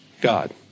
God